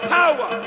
power